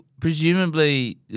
presumably